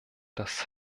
das